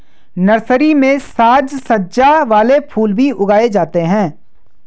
nursery में साज सज्जा वाले फूल भी उगाए जाते हैं